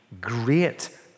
great